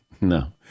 No